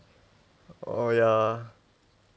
oh ya